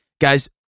guys